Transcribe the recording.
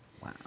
Wow